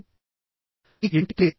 మీకు ఎటువంటి ఒత్తిడి లేదని